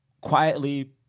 quietly